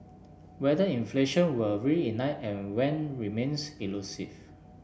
whether inflation will reignite and when remains elusive